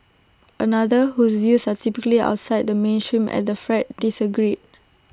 another whose views are typically outside the mainstream at the Fred disagreed